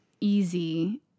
easy